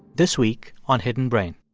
this week on hidden brain.